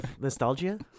Nostalgia